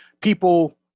people